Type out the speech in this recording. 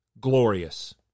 glorious